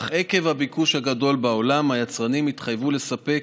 אך עקב הביקוש הגדול בעולם היצרנים התחייבו לספק,